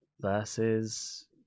versus